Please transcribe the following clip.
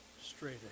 straight